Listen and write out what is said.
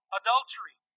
adultery